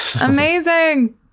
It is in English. amazing